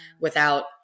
without-